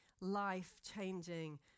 life-changing